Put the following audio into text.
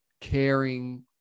caring